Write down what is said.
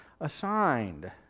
assigned